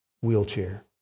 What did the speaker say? wheelchair